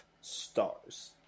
stars